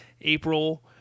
April